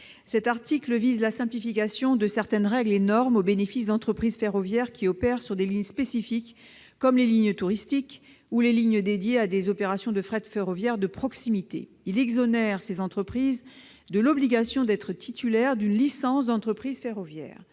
Cet article vise à simplifier certaines règles et normes au bénéfice d'entreprises ferroviaires qui opèrent sur des lignes spécifiques, comme les lignes touristiques ou les lignes dédiées à des opérations de fret ferroviaire de proximité. Il exonère ces entreprises de l'obligation d'être titulaires d'une licence d'entreprise ferroviaire.